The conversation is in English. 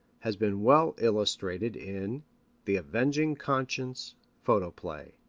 has been well illustrated in the avenging conscience photoplay.